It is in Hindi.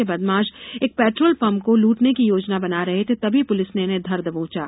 यह बदमाश एक पेट्रोल पंप को लूटने की योजना बना रहे थे तभी पुलिस ने इन्हें धर दबोचा